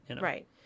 right